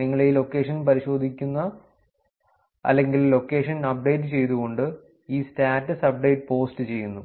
നിങ്ങൾ ഈ ലൊക്കേഷൻ പരിശോധിക്കുന്നു അല്ലെങ്കിൽ ലൊക്കേഷൻ അപ്ഡേറ്റ് ചെയ്തുകൊണ്ട് ഈ സ്റ്റാറ്റസ് അപ്ഡേറ്റ് പോസ്റ്റ് ചെയ്യുന്നു